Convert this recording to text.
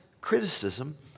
criticism